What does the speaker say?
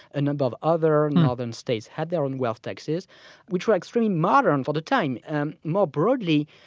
a number of other northern states had their own wealth taxes which were extremely modern for the time. and more broadly,